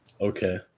Okay